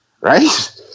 right